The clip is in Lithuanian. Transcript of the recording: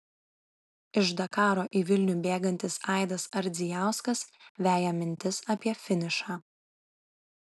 iš dakaro į vilnių bėgantis aidas ardzijauskas veja mintis apie finišą